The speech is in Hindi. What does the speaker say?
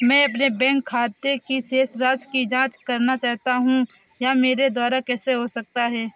मैं अपने बैंक खाते की शेष राशि की जाँच करना चाहता हूँ यह मेरे द्वारा कैसे हो सकता है?